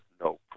no